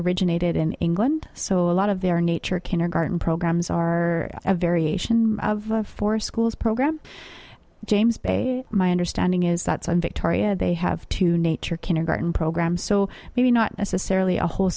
originated in england so a lot of their nature kindergarten programs are a variation of a four schools program james bay my understanding is that some victoria they have to nature kindergarten program so maybe not necessarily a whole